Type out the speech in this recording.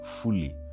fully